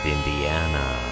Indiana